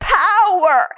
power